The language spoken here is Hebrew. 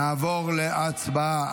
נעבור להצבעה.